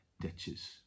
ditches